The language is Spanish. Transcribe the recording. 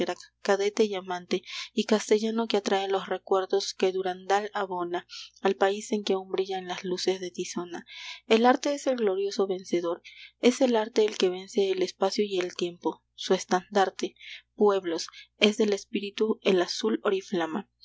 cadete y amante y castellano que trae los recuerdos que durandal abona al país en que aun brillan las luces de tizona el arte es el glorioso vencedor es el arte el que vence el espacio y el tiempo su estandarte pueblos es del espíritu el azul oriflama